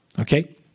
Okay